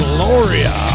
Gloria